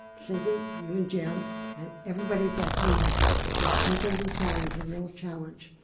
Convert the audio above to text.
cindy, you and jim and everybody at that table has taken this on as a real challenge.